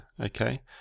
Okay